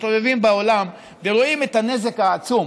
מסתובבים בעולם ורואים את הנזק העצום.